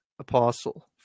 apostle